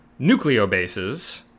nucleobases